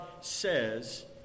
says